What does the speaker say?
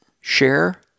Share